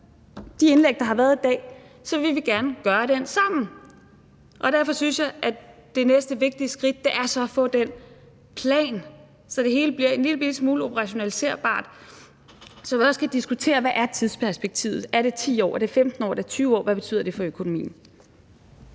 de indlæg, der har været i dag, så vil vi gerne gøre det her sammen, og derfor synes jeg, at det næste vigtige skridt er at få den plan, så det hele bliver en lillebitte smule operationaliserbart, så vi også kan diskutere, hvad tidsperspektivet er – altså om det er 10 år, 15 år eller 20 år – og hvad det betyder for økonomien.